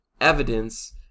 evidence